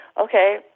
Okay